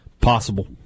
Possible